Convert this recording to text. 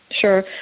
sure